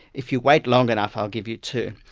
if you wait long enough, i'll give you two.